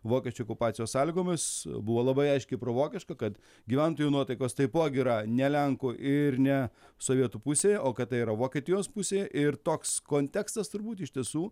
vokiečių okupacijos sąlygomis buvo labai aiškiai provokiška kad gyventojų nuotaikos taipogi yra ne lenkų ir ne sovietų pusėje o kad tai yra vokietijos pusėje ir toks kontekstas turbūt iš tiesų